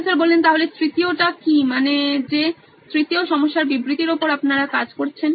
professor তাহলে তৃতীয় টা কি মানে যে তৃতীয় সমস্যার বিবৃতির ওপর আপনারা কাজ করছেন